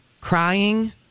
crying